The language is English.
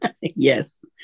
Yes